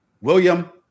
William